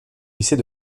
lycée